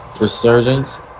resurgence